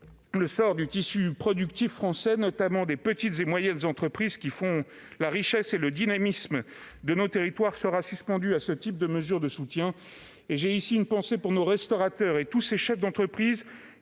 le sort du tissu productif français, notamment des petites et moyennes entreprises qui font la richesse et le dynamisme de nos territoires, sera suspendu à ce type de mesure de soutien. J'ai une pensée pour nos restaurateurs et tous ces chefs d'entreprise